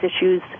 issues